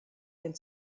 ein